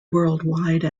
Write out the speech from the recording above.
worldwide